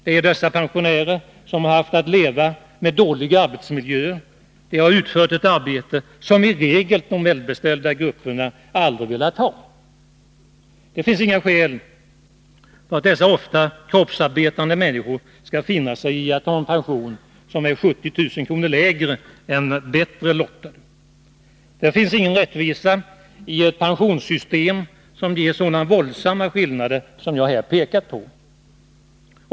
Det är dessa pensionärer som haft att leva med dåliga arbetsmiljöer. De har ofta utfört ett arbete som de välbeställda grupperna aldrig velat ha. Det finns inga skäl för ätt dessa ofta kroppsarbetande människor skall finna sig i att ha en pension som är 70 000 kr. lägre än de bättre lottade har. Det finns ingen rättvisa i ett pensionssystem som ger sådana våldsamma skillnader som jag här pekat på.